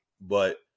But-